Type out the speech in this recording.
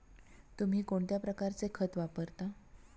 तुम्ही कोणत्या प्रकारचे खत वापरता?